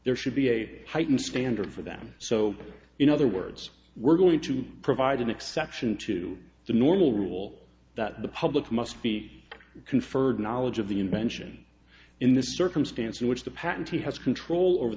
there should be a heightened scandal for them so in other words we're going to provide an exception to the normal rule that the public must be conferred knowledge of the invention in this circumstance in which the patentee has control over